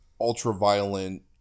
ultra-violent